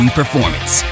performance